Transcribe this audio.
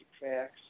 facts